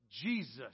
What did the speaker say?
jesus